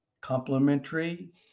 complementary